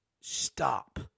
Stop